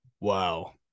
Wow